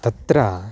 तत्र